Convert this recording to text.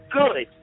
good